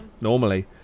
normally